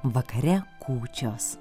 vakare kūčios